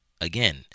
again